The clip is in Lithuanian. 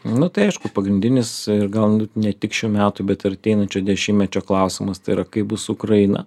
nu tai aišku pagrindinis ir gal nu ne tik šių metų bet ir ateinančio dešimtmečio klausimas tai yra kaip bus su ukraina